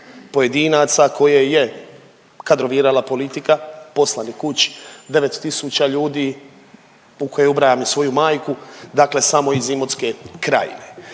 pojedinaca koje je kadrovirala politika poslani kući, 9000 ljudi u koje ubrajam i svoju majku, dakle samo iz Imotske krajine.